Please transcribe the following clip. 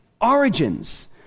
origins